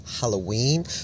Halloween